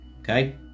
Okay